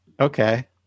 Okay